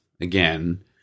again